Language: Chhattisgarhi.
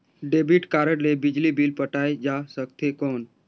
डेबिट कारड ले बिजली बिल पटाय जा सकथे कौन?